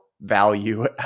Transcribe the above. value